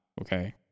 Okay